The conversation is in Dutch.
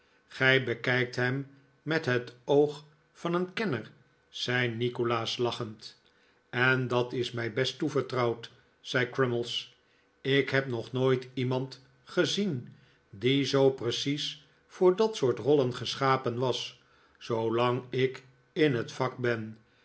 gij bekijkt hem met het oog van een kenner zei nikolaas lachend en dat is mij best toevertrouwd zei crummies ik heb nog nooit iemand gezien die zoo precies voor dat soort rollen geschapen was zoolang ik in het vak ben